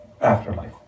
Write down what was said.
afterlife